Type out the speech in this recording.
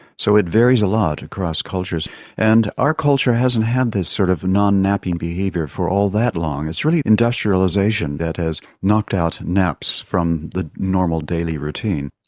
so it varies a lot across cultures and our culture hasn't had this sort of non-napping behaviour for all that long. it's really industrialisation that has knocked out naps from the normal daily routine.